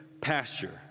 pasture